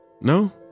no